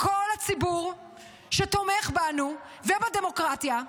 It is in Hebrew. לכל הציבור שתומך בנו ובדמוקרטיה,